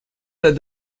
that